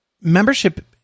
membership